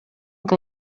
que